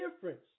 difference